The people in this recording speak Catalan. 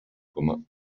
coma